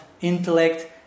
intellect